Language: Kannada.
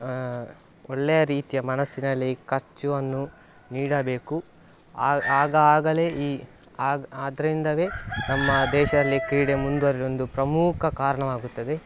ಒಳ್ಳೆಯ ರೀತಿಯ ಮನಸಿನಲ್ಲಿ ಖರ್ಚನ್ನು ನೀಡಬೇಕು ಆಗ ಆಗ ಆಗಲೇ ಈ ಆಗ ಆದ್ರಿಂದಲೆ ನಮ್ಮ ದೇಶದಲ್ಲಿ ಕ್ರೀಡೆ ಮುಂದುವರಿಯುವ ಒಂದು ಪ್ರಮುಖ ಕಾರಣವಾಗುತ್ತದೆ